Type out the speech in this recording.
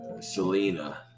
Selena